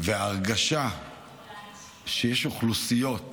וההרגשה שיש אוכלוסיות